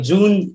June